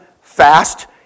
fast